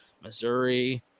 Missouri